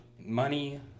money